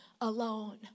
alone